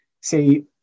See